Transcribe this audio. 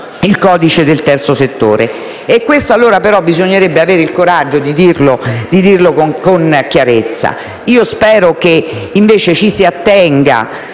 il codice del terzo settore. Questo, però, bisognerebbe avere il coraggio di dirlo con chiarezza. Spero, invece, che ci si attenga